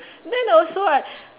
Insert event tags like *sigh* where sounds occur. *laughs* then also I